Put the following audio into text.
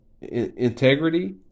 integrity